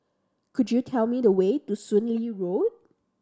could you tell me the way to Soon Lee Road